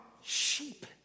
Sheep